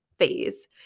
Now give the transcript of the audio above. phase